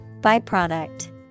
Byproduct